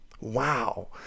Wow